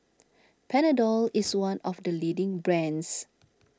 Panadol is one of the leading brands